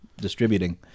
distributing